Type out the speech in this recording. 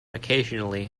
occasionally